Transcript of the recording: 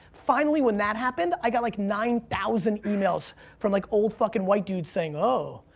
finally when that happened, i got like nine thousand emails from like old fucking white dudes saying, oh.